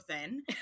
thin